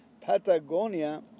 Patagonia